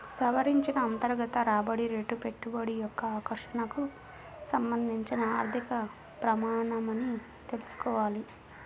సవరించిన అంతర్గత రాబడి రేటు పెట్టుబడి యొక్క ఆకర్షణకు సంబంధించిన ఆర్థిక ప్రమాణమని తెల్సుకోవాలి